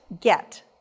get